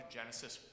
Genesis